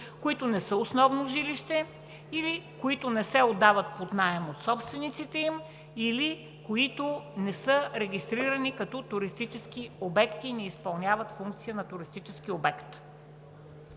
които не са основно жилище или които не се отдават под наем от собствениците им, или които не са регистрирани като туристически обекти – не изпълняват функция на туристически обект.